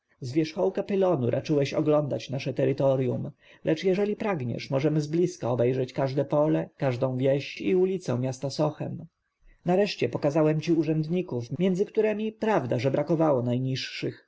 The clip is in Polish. z wierzchołka pylonu raczyłeś oglądać nasze terytorjum lecz jeżeli pragniesz możemy zbliska obejrzeć każde pole każdą wieś i ulicę miasta sochem nareszcie pokazałem ci urzędników między którymi prawda że brakowało najniższych